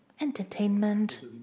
entertainment